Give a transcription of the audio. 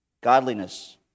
godliness